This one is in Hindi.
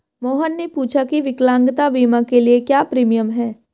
मोहन ने पूछा की विकलांगता बीमा के लिए क्या प्रीमियम है?